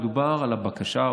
ומדובר על הבקשה,